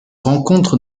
rencontre